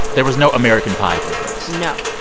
there was no american pie for girls no,